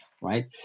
right